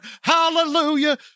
Hallelujah